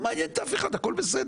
לא מעניין את אף אחד, הכול בסדר.